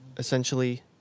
Essentially